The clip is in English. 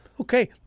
Okay